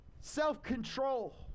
self-control